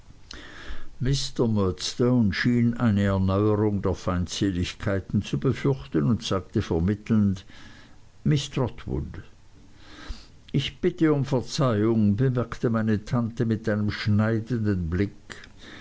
murdstone schien eine erneuerung der feindseligkeiten zu befürchten und sagte vermittelnd miß trotwood ich bitte um verzeihung bemerkte meine tante mit einem schneidenden blick